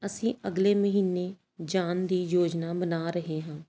ਅਸੀਂ ਅਗਲੇ ਮਹੀਨੇ ਜਾਣ ਦੀ ਯੋਜਨਾ ਬਣਾ ਰਹੇ ਹਾਂ